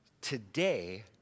today